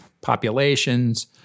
populations